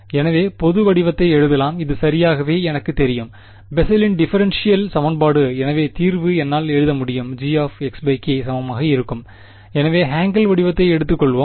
எனவே பொது வடிவத்தை எழுதலாம் இது சரியாகவே எனக்குத் தெரியும் பெசலின் டிஃபரென்ஷியல் சமன்பாடு எனவே தீர்வு என்னால் எழுத முடியும் Gசமமாக இருக்கும் எனவே ஹாங்கல் வடிவத்தை எடுத்துக் கொள்வோம்